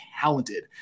talented